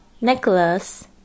Necklace